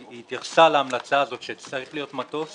היא התייחסה להמלצה הזאת שצריך להיות מטוס,